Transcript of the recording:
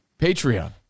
Patreon